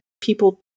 people